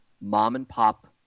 mom-and-pop